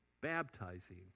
baptizing